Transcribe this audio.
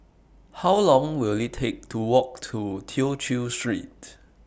How Long Will IT Take to Walk to Tew Chew Street